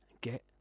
get